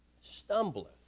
stumbleth